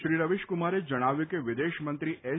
શ્રી રવિશકુમારે જણાવ્યું હતું કે વિદેશમંત્રી એસ